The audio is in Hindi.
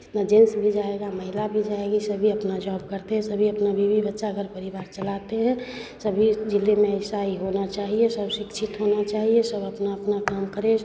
जितना जेन्स भी जाएगा महिला भी जाएगी सभी अपना जॉब करते हैं सभी अपना बीवी बच्चा घर परिवार चलाते हैं सभी ज़िले में ऐसा ही होना चाहिए सब शिक्षित होना चाहिए सब अपना अपना काम करें